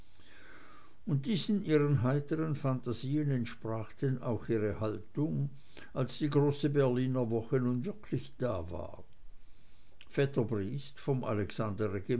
und diesen ihren heiteren phantasien entsprach denn auch ihre haltung als die große berliner woche nun wirklich da war vetter briest vom